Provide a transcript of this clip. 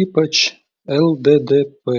ypač lddp